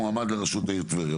מועמד לרשות העיר טבריה.